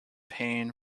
pain